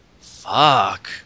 fuck